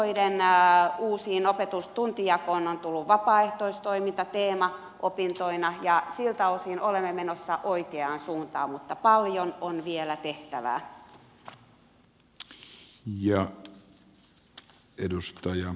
meillä lukioiden uuteen tuntijakoon on tullut vapaaehtoistoiminta teemaopintoina ja siltä osin olemme menossa oikeaan suuntaan mutta paljon on vielä tehtävää